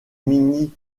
mini